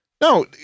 no